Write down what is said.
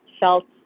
felt